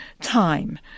time